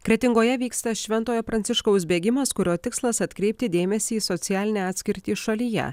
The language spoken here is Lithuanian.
kretingoje vyksta šventojo pranciškaus bėgimas kurio tikslas atkreipti dėmesį į socialinę atskirtį šalyje